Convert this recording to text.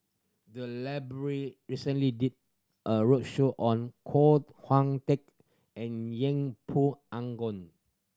the library recently did a roadshow on Koh Hong Teng and Yeng Pway